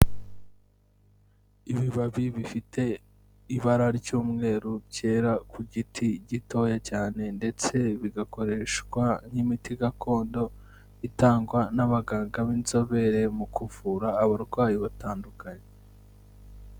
Ibibabi bifite ibara ry'umweru byera ku giti gitoya cyane ndetse bigakoreshwa nk'imiti gakondo, itangwa n'abaganga b'inzobere mu kuvura abarwayi batandukanye.